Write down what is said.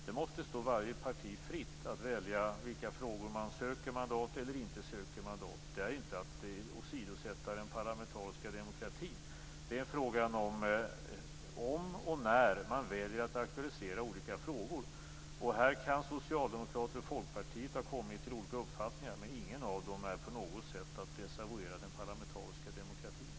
Det måste stå varje parti fritt att välja i vilka frågor man söker mandat eller inte söker mandat. Detta är inte att åsidosätta den parlamentariska demokratin, utan det gäller om och när man väljer att aktualisera olika frågor. Här kan Socialdemokraterna och Folkpartiet ha kommit fram till olika uppfattningar men ingen av dem betyder på något sätt att den parlamentariska demokratin desavoueras.